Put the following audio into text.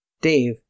Dave